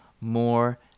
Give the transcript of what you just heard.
more